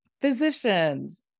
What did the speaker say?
physicians